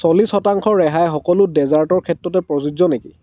চল্লিছ শতাংশ ৰেহাই সকলো ডে'জাৰ্টৰ ক্ষেত্ৰতে প্ৰযোজ্য নেকি